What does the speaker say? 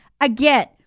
Again